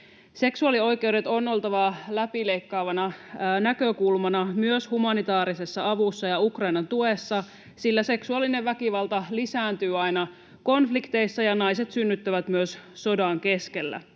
Seksuaalioi-keuksien on oltava läpileikkaavana näkökulmana myös humanitaarisessa avussa ja Ukrainan tuessa, sillä seksuaalinen väkivalta lisääntyy aina konflikteissa ja naiset synnyttävät myös sodan keskellä.